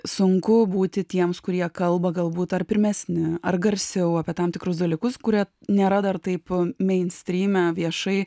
sunku būti tiems kurie kalba galbūt ar pirmesni ar garsiau apie tam tikrus dalykus kurie nėra dar taip meinstryme viešai